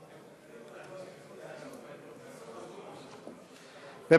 הצעות לסדר-היום מס' 7702,